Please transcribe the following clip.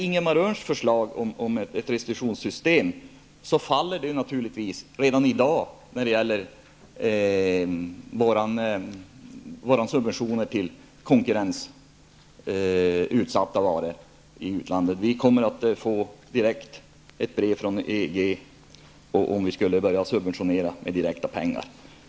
Ingemar Öhrns förslag om ett restitutionssystem faller naturligtvis redan i dag när det gäller våra subventioner till konkurrensutsatta varor i utlandet. Om vi börjar subventionera med direkta pengar kommer vi genast att få ett brev från EG.